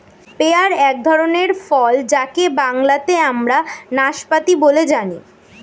pair এক ধরনের ফল যাকে বাংলাতে আমরা নাসপাতি বলে জানি